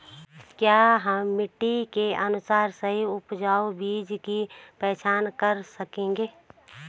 क्या हम मिट्टी के अनुसार सही उपजाऊ बीज की पहचान कर सकेंगे?